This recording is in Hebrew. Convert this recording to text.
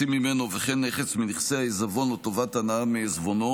ממנו וכן נכס מנכסי העיזבון או טובת הנאה מעיזבונו.